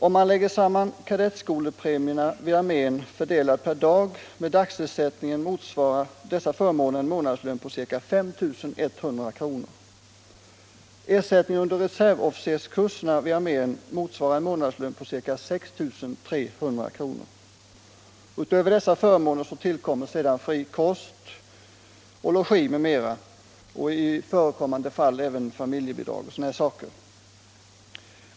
Om man lägger samman kadettskolepremien vid armén, fördelad per dag, med dagsersättningen motsvarar dessa förmåner en månadslön på ca 5 100 kr. Ersättningen under reservofficerskurserna vid armén motsvarar en månadslön på ca 6 300 kr. Utöver dessa förmåner tillkommer sedan fri kost, logi m.m. och i förekommande fall även familjebidrag.